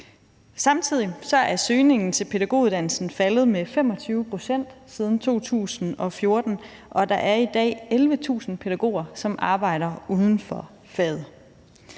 Samtidig er søgningen til pædagoguddannelsen faldet med 25 pct. siden 2014, og der er i dag 11.000 pædagoger, som arbejder uden for faget.